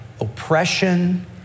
oppression